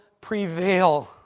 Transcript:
prevail